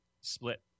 split